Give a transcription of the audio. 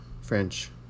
French